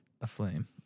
aflame